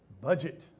Budget